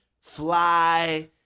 fly